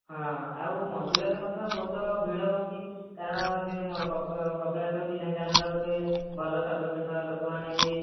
ହଁ ଆଉ ମନ୍ଦିରରେ ମଧ୍ୟ ବହୁତ ଭିଡ଼ ହେଉଛି କାରଣ ସେ କପିଳାସ ହେଉଛି ଢେଙ୍କାନାଳର ଗୋଟେ ଭଲ ଶୈବପୀଠ ଲୋକମାନେ ବି